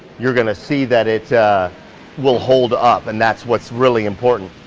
you're gonna see that it will hold up and that's what's really important.